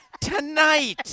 Tonight